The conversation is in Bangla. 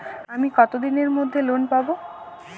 আমি কতদিনের মধ্যে লোন পাব?